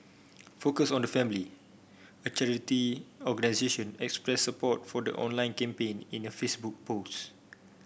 focus on the family a charity organisation expressed support for the online campaign in a Facebook post